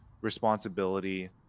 responsibility